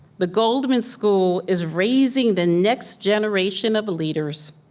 the goldman school is raising the next generation of leaders